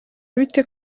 bite